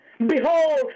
behold